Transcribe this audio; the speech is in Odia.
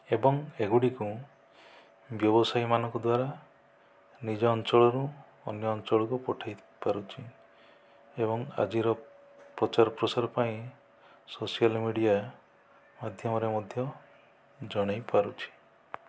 ଏବଂ ଏଗୁଡ଼ିକୁ ବ୍ୟବସାୟୀମାନଙ୍କ ଦ୍ୱାରା ନିଜ ଅଞ୍ଚଳରୁ ଅନ୍ୟ ଅଞ୍ଚଳକୁ ପଠାଇ ପାରୁଛି ଏବଂ ଆଜିର ପ୍ରଚାର ପ୍ରସାର ପାଇଁ ସୋସିଆଲ ମିଡ଼ିଆ ମାଧ୍ୟମରେ ମଧ୍ୟ ଜଣାଇପାରୁଛି